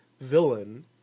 villain